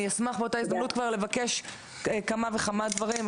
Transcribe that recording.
אני אשמח באותה הזדמנות כבר לבקש כמה וכמה דברים,